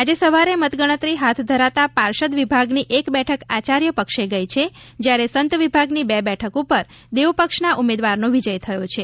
આજે સવારે મતગણતરી હાથ ધરાતા પાર્ષદ વિભાગ ની એક બેઠક આચાર્ય પક્ષે ગઈ છે જ્યારે સંત વિભાગની બે બેઠક ઉપર દેવ પક્ષના ઉમેદવાર નો વિજય થયો છે